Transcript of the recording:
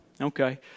okay